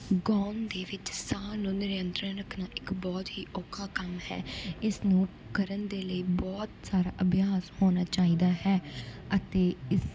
ਗਾਉਣ ਦੇ ਵਿੱਚ ਸਾਹ ਨੂੰ ਨਿਰੰਤਰਨ ਰੱਖਣਾ ਇੱਕ ਬਹੁਤ ਹੀ ਔਖਾ ਕੰਮ ਹੈ ਇਸ ਨੂੰ ਕਰਨ ਦੇ ਲਈ ਬਹੁਤ ਸਾਰਾ ਅਭਿਆਸ ਹੋਣਾ ਚਾਹੀਦਾ ਹੈ ਅਤੇ ਇਸ